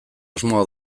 asmoa